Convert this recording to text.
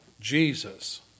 Jesus